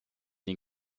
den